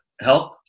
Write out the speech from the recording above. help